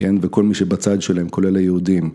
כן, וכל מי שבצד שלהם כולל היהודים